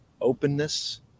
openness